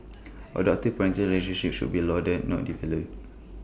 adoptive parenting relationships should be lauded not devalued